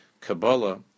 Kabbalah